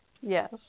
Yes